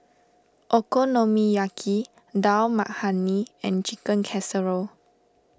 Okonomiyaki Dal Makhani and Chicken Casserole